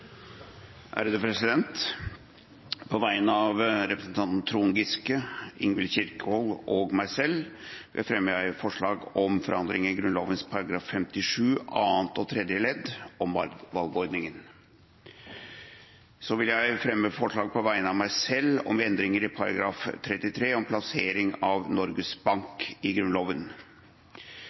På vegne av representantene Trond Giske, Ingvild Kjerkol og meg selv fremmer jeg forslag om endring i § 57 annet og tredje ledd, om valgordningen. Så vil jeg fremme forslag på vegne av meg selv om flytting av § 33, om plassering av Norges Bank.